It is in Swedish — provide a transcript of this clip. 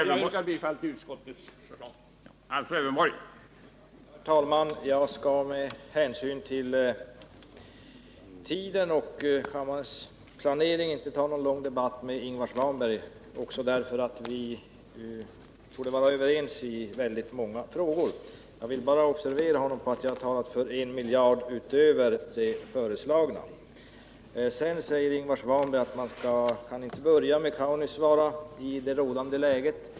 Herr talman! Jag skall inte ta någon lång debatt med Ingvar Svanberg, dels med hänsyn till tiden och kammarens planering, dels därför att vi torde vara överens i väldigt många frågor. Jag vill bara göra honom uppmärksam på att jag har talat för en miljard utöver det belopp utskottet föreslår. Ingvar Svanberg säger att man kan inte börja med Kaunisvaara i det rådande läget.